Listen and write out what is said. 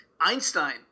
Einstein